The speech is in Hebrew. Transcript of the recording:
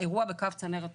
אירוע בקו צנרת ארצי,